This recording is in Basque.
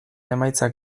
emaitzak